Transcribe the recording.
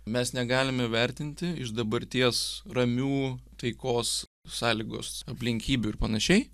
mes negalime vertinti iš dabarties ramių taikos sąlygos aplinkybių ir panašiai